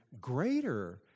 greater